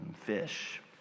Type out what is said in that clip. fish